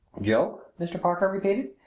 joke! mr. parker repeated.